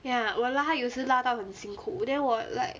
ya 我拉还有时拉到很辛苦 then 我 like